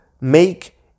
make